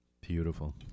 Beautiful